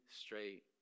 straight